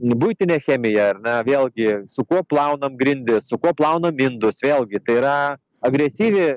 nu buitinė chemija ar ne vėlgi su kuo plaunam grindis su kuo plaunam indus vėlgi tai yra agresyvi